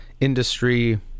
industry